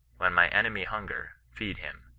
when my enemy hunger, feed him,